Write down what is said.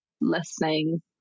listening